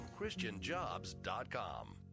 ChristianJobs.com